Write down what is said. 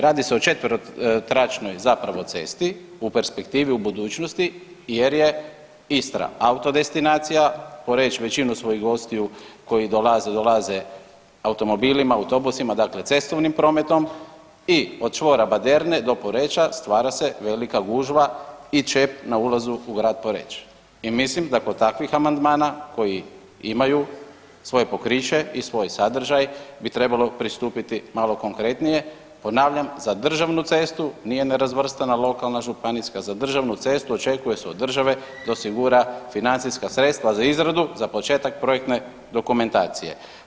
Radi se o četverotračnoj zapravo cesti, u perspektivi u budućnosti jer je Istra auto destinacija, Poreč većinu svojih gostiju koji dolaze, dolaze automobilima, autobusima, dakle cestovnim prometom i od čvora Baderne do Poreča stvara se velika gužva i čep na ulazu u grad Poreč i mislim da kod takvih amandmana koji imaju svoje pokriće i svoj sadržaj bi trebalo pristupiti malo konkretnije, ponavljam za državnu cestu nije nerazvrstana lokalna, županijska, za državnu cestu očekuje se od države da osigura financijska sredstva za izradu za početak projektne dokumentacije.